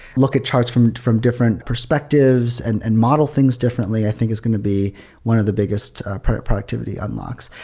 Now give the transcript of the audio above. look at charts from from different perspectives and and model things differently i think is going to be one of the biggest productivity unlocks.